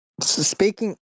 Speaking